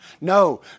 No